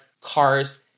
car's